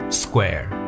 square